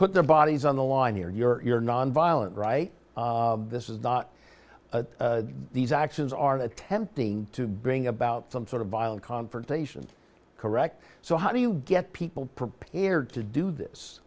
put their bodies on the line you're you're you're nonviolent right this is not these actions are attempting to bring about some sort of violent confrontation correct so how do you get people prepared to do this